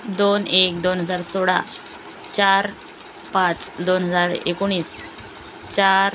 दोन एक दोन हजार सोळा चार पाच दोन हजार एकोणीस चार